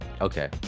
Okay